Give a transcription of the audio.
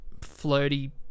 flirty